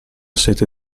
sete